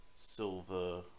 silver